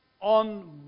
on